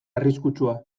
arriskutsua